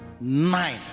nine